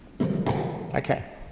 Okay